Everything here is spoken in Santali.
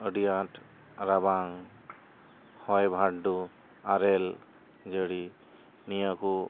ᱟᱹᱰᱤ ᱟᱸᱴ ᱨᱟᱵᱟᱝ ᱦᱚᱭ ᱵᱷᱟᱨᱰᱩ ᱟᱨᱮᱞ ᱡᱟᱹᱲᱤ ᱱᱤᱭᱟᱹ ᱠᱚ